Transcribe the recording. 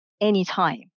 anytime